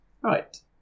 Right